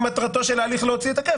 מטרתו של ההליך להוציא את הכיף,